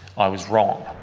i was wrong.